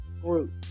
group